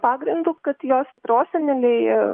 pagrindu kad jos proseneliai